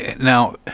Now